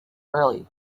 early